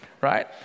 right